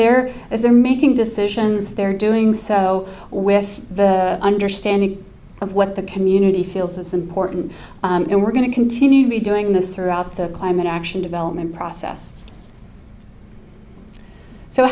as they're making decisions they're doing so with the understanding of what the community feels that's important and we're going to continue to be doing this throughout the climate action development process so